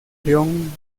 leon